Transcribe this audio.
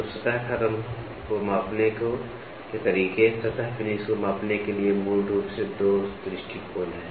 तो सतह खत्म को मापने के तरीके सतह फिनिश को मापने के लिए मूल रूप से दो दृष्टिकोण हैं